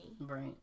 Right